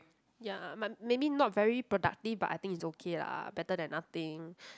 ya my maybe not very productive but I think it's okay lah better then nothing